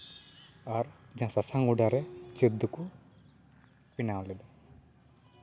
ᱟᱨ ᱡᱟᱦᱟᱸ ᱥᱟᱥᱟᱝ ᱵᱮᱰᱟᱨᱮ ᱡᱟᱹᱛ ᱫᱚᱠᱚ ᱵᱮᱱᱟᱣ ᱞᱮᱫᱟ